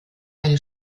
eine